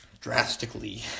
drastically